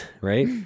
Right